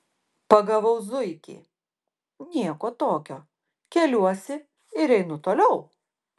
pagavau zuikį nieko tokio keliuosi ir einu toliau